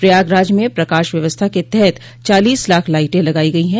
प्रयागराज में प्रकाश व्यवस्था के तहत चालीस लाख लाइटें लगाई गई है